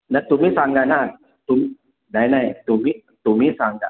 नाही तुम्ही सांगा ना तुम्ही नाही नाही तुम्ही तुम्ही सांगा